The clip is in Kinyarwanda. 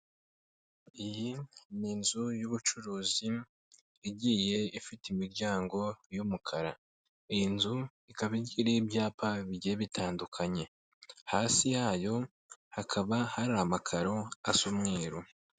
Iyi ni inzu y'ubucuruzi igiye ifite imiryango y'umukara, iyi nzu ikaba igiye iriho ibyapa bigiye bitandukanye, hasi yayo hakaba hari amakaro asa umweruru.